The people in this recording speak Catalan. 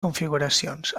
configuracions